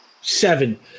Seven